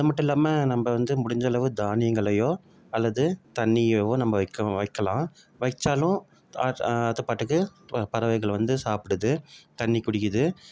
அது மட்டும் இல்லாமல் நம்ம வந்து முடிஞ்ச அளவு தானியங்களையோ அல்லது தண்ணியகவோ நம்ம வைக்க வைக்கலாம் வச்சாலும் அது பாட்டுக்கு பறவைகள் வந்து சாப்பிடுது தண்ணி குடிக்குது